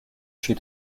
she